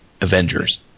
Avengers